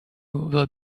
will